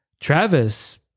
Travis